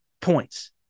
points